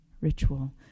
ritual